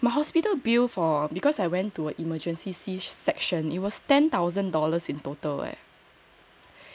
my hospital bill for because I went to emergency C section it was ten thousand dollars in total leh